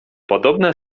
podobne